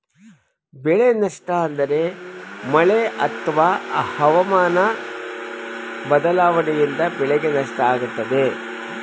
ಬೆಳೆ ನಷ್ಟ ಅಂದ್ರೆ ಮಳೆ ಅತ್ವ ಹವಾಮನ ಬದ್ಲಾವಣೆಯಿಂದ ಬೆಳೆಗೆ ನಷ್ಟ ಆಗುತ್ತೆ